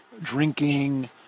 drinking